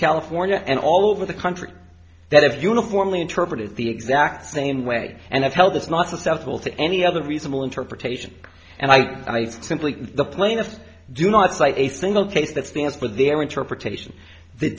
california and all over the country that have uniformly interpreted the exact same way and have held this not susceptible to any other reasonable interpretation and i simply the plaintiff do not cite a single case that stands for their interpretation th